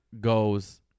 goes